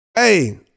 hey